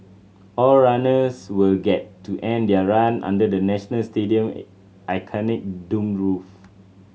all runners will get to end their run under the National Stadium iconic domed roof